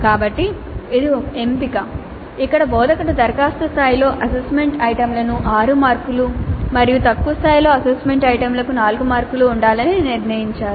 కాబట్టి ఇది ఒక ఎంపిక ఇక్కడ బోధకుడు దరఖాస్తు స్థాయిలో అసెస్మెంట్ ఐటమ్లకు 6 మార్కులు మరియు తక్కువ స్థాయిలో అసెస్మెంట్ ఐటమ్లకు 4 మార్కులు ఉండాలని నిర్ణయించారు